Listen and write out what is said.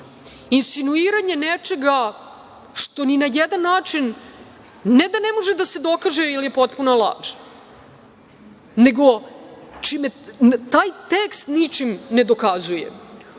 insinuiranje nečega što ni na jedan način, ne da ne može da se dokaže, nego čime taj tekst ničim ne dokazuje.